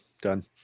done